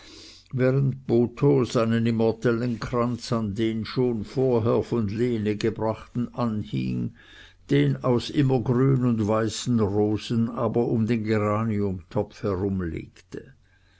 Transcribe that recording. während botho seinen immortellenkranz an den schon vorher von lene gebrachten anhing den aus immer grün und weißen rosen aber um den geraniumtopf herumlegte